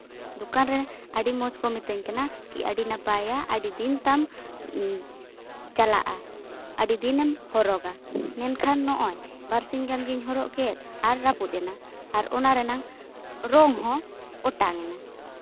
ᱫᱚᱠᱟᱱ ᱨᱮ ᱟᱹᱰᱤ ᱢᱚᱡᱽ ᱠᱚ ᱢᱤᱛᱟᱹᱧ ᱠᱟᱱᱟ ᱠᱤ ᱟᱹᱰᱤ ᱱᱟᱯᱟᱭᱟ ᱟᱹᱰᱤ ᱫᱤᱱ ᱛᱟᱢ ᱪᱟᱞᱟᱜᱼᱟ ᱟᱹᱰᱤ ᱫᱤᱱᱮᱢ ᱦᱚᱨᱚᱜᱟ ᱢᱮᱱᱠᱷᱟᱱ ᱱᱚᱜᱼᱚᱭ ᱵᱟᱨᱥᱤᱧ ᱜᱟᱱ ᱜᱤᱧ ᱦᱚᱨᱚᱜ ᱠᱮᱫ ᱟᱨ ᱨᱟᱹᱯᱩᱫ ᱮᱱᱟ ᱟᱨ ᱚᱱᱟ ᱨᱮᱱᱟᱝ ᱨᱚᱝ ᱦᱚᱸ ᱚᱴᱟᱝ ᱮᱱᱟ